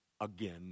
again